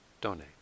donate